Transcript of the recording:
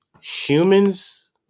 humans